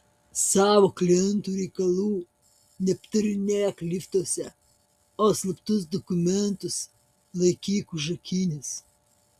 savo klientų reikalų neaptarinėk liftuose o slaptus dokumentus laikyk užrakinęs